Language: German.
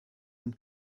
und